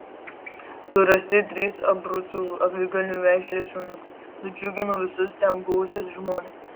surasti trys abrucų aviganių veislės šuniukai nudžiugino visus ten buvusius žmones